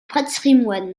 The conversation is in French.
patrimoine